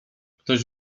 ktoś